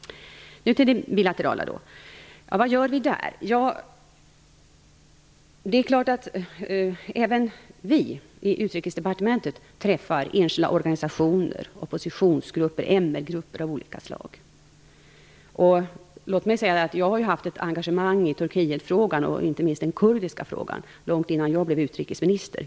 Nu skall jag då gå över till det bilaterala. Vad gör vi på det området? Även vi i Utrikesdepartementet träffar enskilda organisationer, oppositionsgrupper och MR-grupper av olika slag. Låt mig säga att jag har haft ett engagemang i Turkietfrågan och inte minst den kurdiska frågan långt innan jag blev utrikesminister.